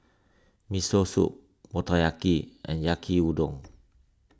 Miso Soup Motoyaki and Yaki Udon